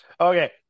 Okay